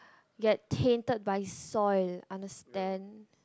get tainted by soil understand